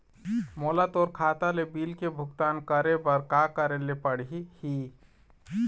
मोला मोर खाता ले बिल के भुगतान करे बर का करेले पड़ही ही?